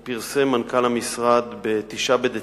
ב-9 בדצמבר פרסם מנכ"ל המשרד חוזר,